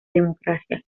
democracia